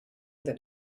that